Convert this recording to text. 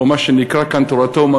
או מה שנקרא כאן תורתו-אומנותו,